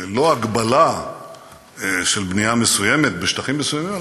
לא הגבלה של בנייה מסוימת בשטחים מסוימים,